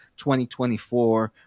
2024